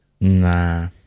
Nah